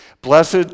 Blessed